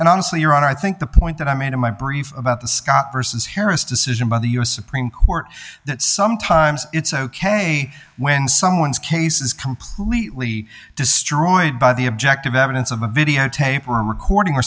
and honestly your honor i think the point that i made in my brief about the scott versus harris decision by the u s supreme court that sometimes it's ok when someone's case is completely destroyed by the objective evidence of a videotape or recording or